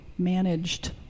managed